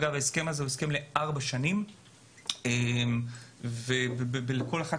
ההסכם הזה הוא הסכם ל-4 שנים ולכל אחת